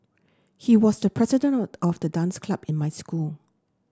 he was the president of the dance club in my school